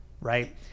right